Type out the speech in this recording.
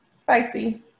spicy